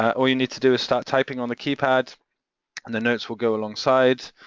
all you need to do is start typing on the keypad and the notes will go alongside.